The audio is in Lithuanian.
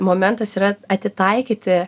momentas yra atitaikyti